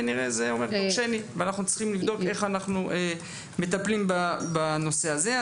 כנראה זה אומר דרשני ואנחנו צריכים לבדוק איך אנחנו מטפלים בנושא הזה.